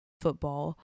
football